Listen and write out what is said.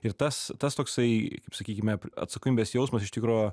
ir tas tas toksai kaip sakykime atsakomybės jausmas iš tikro